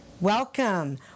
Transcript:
Welcome